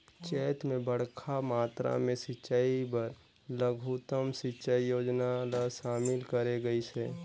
चैत मे बड़खा मातरा मे सिंचई बर लघुतम सिंचई योजना ल शामिल करे गइस हे